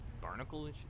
barnacles